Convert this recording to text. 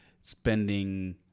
spending